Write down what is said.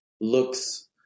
looks